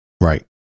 Right